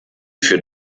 für